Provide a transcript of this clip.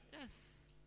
Yes